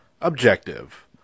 Objective